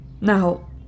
Now